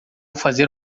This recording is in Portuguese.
fazer